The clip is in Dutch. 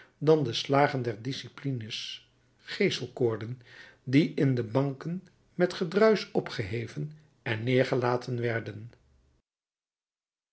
dan de slagen der disciplines geeselkoorden die in de banken met gedruisch opgeheven en neergelaten werden